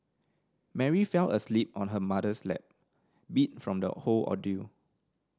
Mary fell asleep on her mother's lap beat from the whole ordeal